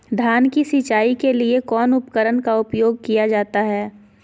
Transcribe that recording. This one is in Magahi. धान की सिंचाई के लिए कौन उपकरण का उपयोग किया जाता है?